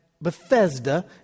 Bethesda